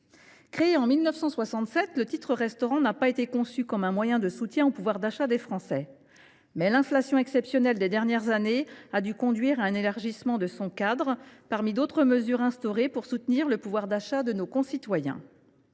Créé en 1967, le titre restaurant n’a pas été conçu comme un moyen de soutenir le pouvoir d’achat des Français. Mais l’inflation exceptionnelle des dernières années a dû conduire à un élargissement de son cadre, parmi d’autres mesures instaurées pour soutenir le pouvoir d’achat de nos concitoyens.